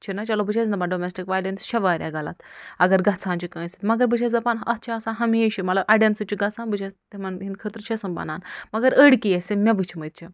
چھُ نا چلو بہٕ چھیٚس دَپان ڈومیٚسٹِک ۄۄیلیٚنٕس تہِ چھِ واریاہ غلط اَگر گژھان چھُ کٲنسہِ مَگر بہٕ چھیٚس دَپان اَتھ چھِ آسان ہَمیشہٕ مطلب اَڈیٚن سۭتۍ چھُ گژھان بہٕ چھیٚس تِمَن ہنٛدۍ خٲطرٕ چھیٚس نہٕ بہٕ ونان مَگر أڈۍ کیس یِم مےٚ وُچھمٕتۍ چھِ